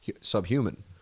subhuman